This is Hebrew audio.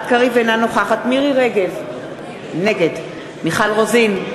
אינה נוכחת מירי רגב, נגד מיכל רוזין,